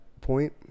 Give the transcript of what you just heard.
point